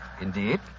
Indeed